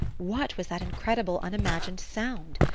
what was that incredible unimagined sound?